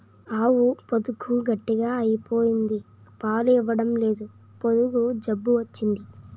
ఆవు పొదుగు గట్టిగ అయిపోయింది పాలు ఇవ్వడంలేదు పొదుగు జబ్బు వచ్చింది